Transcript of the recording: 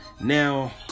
Now